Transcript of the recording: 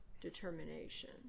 determination